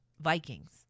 Vikings